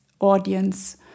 audience